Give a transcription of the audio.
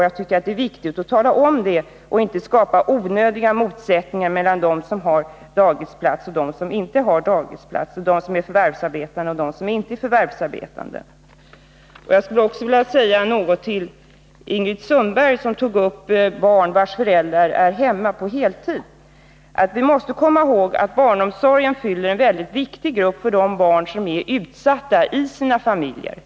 Jag tycker det är viktigt att tala om det och inte skapa onödiga motsättningar mellan dem som har dagisplats och dem som inte har det och mellan dem som är förvärvsarbetande och dem som inte är det. Sedan vill jag säga något till Ingrid Sundberg, som tog upp frågan om barn vars föräldrar är hemma på heltid. Man måste komma ihåg att barnomsorgen fyller en väldigt viktig funktion för de barn som är utsatta i sina familjer.